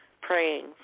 praying